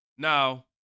Now